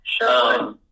Sure